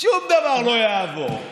שוב דבר לא יעבור.